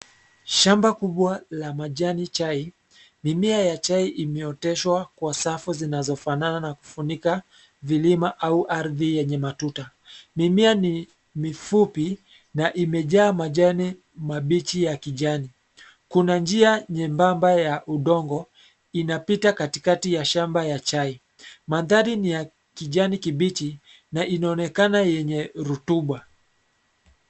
Shamba kubwa la majani chai, mimea ya chai imeoteshwa kwa safu zinazofanana kufunika vilima au ardhi yenye matuta. Mimea ni mifupi na imejaa majani mabichi ya kijani. Kuna njia nyembamba ya udongo inapita katikati ya shamba ya chai. Mandhari ya kijani kibichi na inaonekana yenye rutuba.